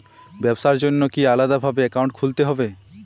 ব্যাবসার জন্য কি আলাদা ভাবে অ্যাকাউন্ট খুলতে হবে?